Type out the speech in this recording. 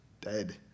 Dead